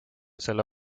selle